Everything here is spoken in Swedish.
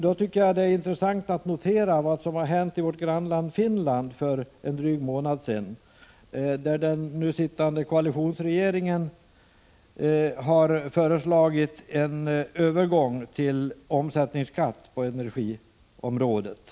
Då tycker jag att det är intressant att notera vad som har hänt i vårt grannland Finland för en dryg månad sedan, där den nu sittande koalitionsregeringen har föreslagit en övergång till omsättningsskatt på energiområdet.